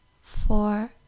four